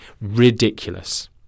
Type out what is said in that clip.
ridiculous